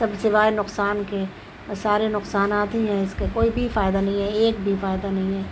سب سوائے نقصان کے سارے نقصانات ہی ہیں اس کے کوئی بھی فائدہ نہیں ہے ایک بھی فائدہ نہیں ہے